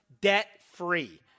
debt-free